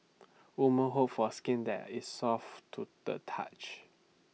woman hope for skin that is soft to the touch